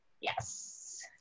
yes